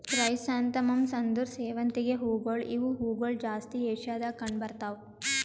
chrysanthemums ಅಂದುರ್ ಸೇವಂತಿಗೆ ಹೂವುಗೊಳ್ ಇವು ಹೂಗೊಳ್ ಜಾಸ್ತಿ ಏಷ್ಯಾದಾಗ್ ಕಂಡ್ ಬರ್ತಾವ್